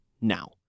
now